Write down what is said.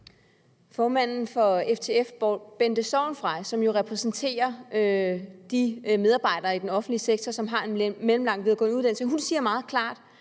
Formanden for FTF, Bente Sorgenfrey, som jo repræsenterer de medarbejdere i den offentlige sektor, som har en mellemlang videregående uddannelse, siger meget klart,